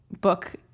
book